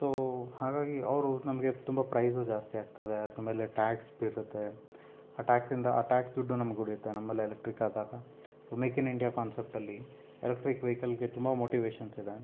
so ಹಾಗಾಗಿ ಅವರು ನಮಗೆ ತುಂಬ ಪ್ರೈಸೂ ಜಾಸ್ತಿ ಆಗ್ತಾ ಇದೆ ಅದ್ರ ಮೇಲೆ ಟ್ಯಾಕ್ಸ್ ಬೀರುತ್ತೆ ಆ ಟ್ಯಾಕ್ಸಿಂದ ಆ ಟ್ಯಾಕ್ಸ್ ದುಡ್ಡು ನಮ್ಗೆ ಉಳಿಯುತ್ತೆ ನಮ್ಮಲ್ಲೇ ಎಲೆಕ್ಟ್ರಿಕ್ ಆದಾಗ ಸೊ ಮೇಕ್ ಇನ್ ಇಂಡಿಯಾ ಕಾನ್ಸೆಪ್ಟಲ್ಲಿ ಎಲೆಕ್ಟ್ರಿಕ್ ವೆಹಿಕಲ್ಗೆ ತುಂಬ ಮೋಟಿವೇಷನ್ಸ್ ಇದೆ